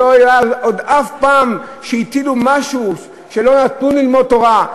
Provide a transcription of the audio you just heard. שלא היה עוד אף פעם שהטילו משהו ולא נתנו ללמוד תורה.